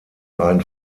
ein